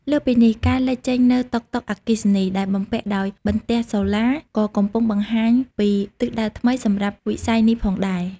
លើសពីនេះ ការលេចចេញនូវ តុកតុកអគ្គិសនី ដែលបំពាក់ដោយបន្ទះសូឡា ក៏កំពុងបង្ហាញពីទិសដៅថ្មីសម្រាប់វិស័យនេះផងដែរ។